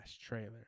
trailer